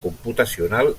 computacional